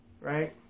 right